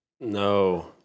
No